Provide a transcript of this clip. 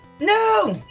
No